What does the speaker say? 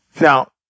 Now